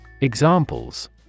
Examples